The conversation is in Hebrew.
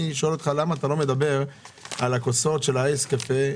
למה אתה לא מדבר על הכוסות של אייס-קפה,